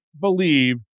believe